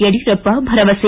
ಯಡಿಯೂರಪ್ಪ ಭರವಸೆ